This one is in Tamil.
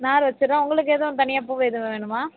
நார் வெச்சுட்றேன் உங்களுக்கு எதுவும் தனியாக பூ எதுவும் வேணுமா